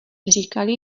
říkali